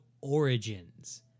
Origins